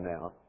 now